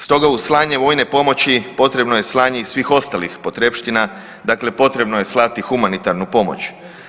Stoga uz slanje vojne pomoći, potrebno je slanje i svih ostalih potrepština, dakle potrebno je slati humanitarnu pomoć.